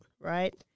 right